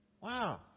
Wow